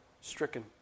stricken